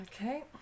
okay